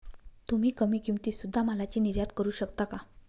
तुम्ही कमी किमतीत सुध्दा मालाची निर्यात करू शकता का